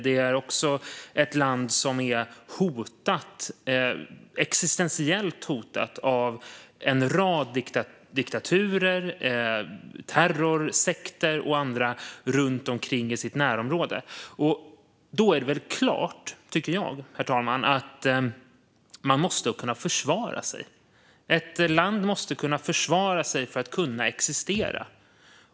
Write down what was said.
Det är också ett land som är existentiellt hotat av en rad diktaturer, terrorsekter och andra runt om i sitt närområde. Då tycker jag, herr talman, att det är självklart att man måste kunna försvara sig. Ett land måste kunna försvara sig för att kunna existera.